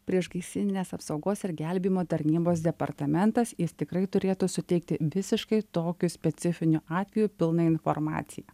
priešgaisrinės apsaugos ir gelbėjimo tarnybos departamentas jis tikrai turėtų suteikti visiškai tokiu specifiniu atveju pilną informaciją